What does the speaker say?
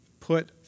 put